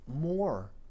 more